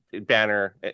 banner